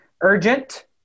urgent